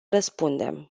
răspundem